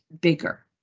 bigger